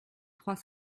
trois